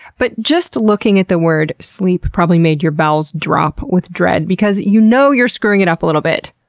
but just looking at the word sleep probably made your bowels drop with dread, because you know you're screwing it up a little bit,